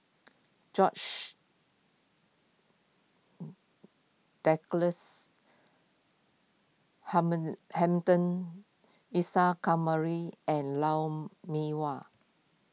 George Douglas Hamilton Isa Kamari and Lou Mee Wah